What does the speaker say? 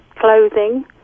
clothing